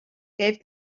gave